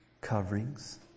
coverings